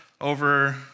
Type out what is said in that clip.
over